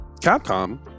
Capcom